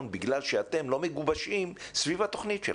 בגלל שאתם לא מגובשים סביב התכנית שלכם.